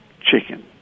chicken